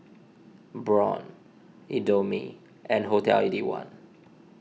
Braun Indomie and Hotel Eighty One